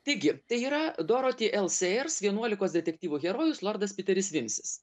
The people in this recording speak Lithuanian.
taigi tai yra doroti elsejers vienuolikos detektyvų herojus lordas piteris vinsis